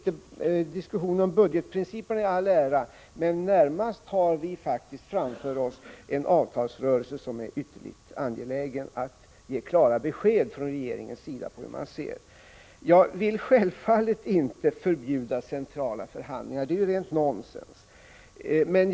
Diskussionen om budgetprinciperna i all ära, men närmast framför oss har vi faktiskt en avtalsrörelse, där det är ytterst angeläget att man ger klara besked från regeringens sida om hur man ser på förutsättningarna. Jag vill självfallet inte förbjuda centrala förhandlingar — att påstå något sådant är rent nonsens.